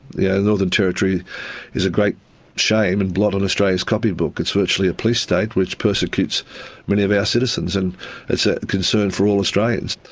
yeah northern territory is a great shame and a blot on australia's copy book. it's virtually a police state which persecutes many of our citizens, and it's a concern for all australians.